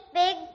big